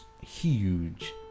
huge